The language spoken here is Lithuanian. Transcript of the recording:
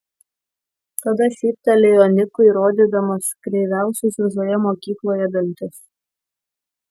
tada šyptelėjo nikui rodydamas kreiviausius visoje mokykloje dantis